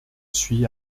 suis